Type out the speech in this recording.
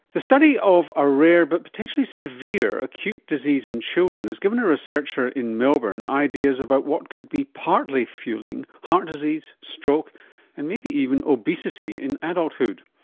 the study of a rare but potentially severe acute disease in children has given a researcher in melbourne ideas about what could be partly fuelling heart disease, stroke and maybe even obesity in adulthood.